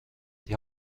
die